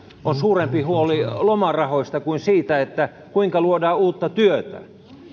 on suurempi huoli lomarahoista kuin siitä kuinka luodaan uutta työtä